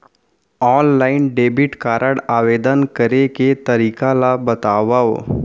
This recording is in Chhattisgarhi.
ऑनलाइन डेबिट कारड आवेदन करे के तरीका ल बतावव?